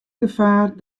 gefaar